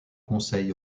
conseil